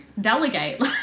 delegate